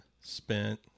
spent